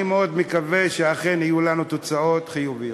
אני מאוד מקווה שאכן יהיו לנו תוצאות חיוביות.